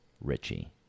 Richie